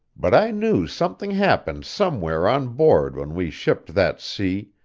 but i knew something happened somewhere on board when we shipped that sea,